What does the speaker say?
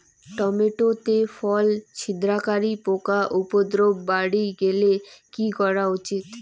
Tomato তে ফল ছিদ্রকারী পোকা উপদ্রব বাড়ি গেলে কি করা উচিৎ?